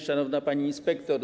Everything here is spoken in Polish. Szanowna Pani Inspektor!